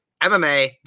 MMA